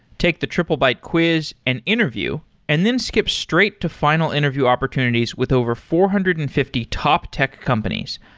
take the triplebyte quiz and interview and then skip straight to final interview opportunities with over four hundred and fifty top tech companies,